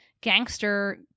gangster